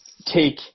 take